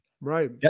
right